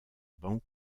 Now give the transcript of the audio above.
banc